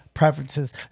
Preferences